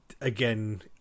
again